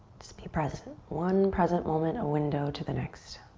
just be present. one present moment, a window to the next.